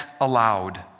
aloud